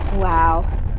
Wow